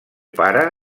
pare